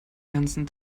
ganzen